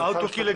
לגבי